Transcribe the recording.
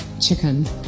chicken